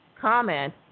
comment